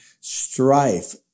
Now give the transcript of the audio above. Strife